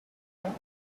and